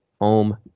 home